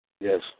Yes